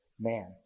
man